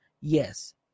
Yes